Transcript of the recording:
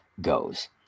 goes